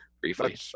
briefly